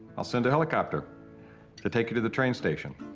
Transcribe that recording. i'll send a helicopter to take you to the train station.